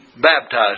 baptized